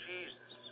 Jesus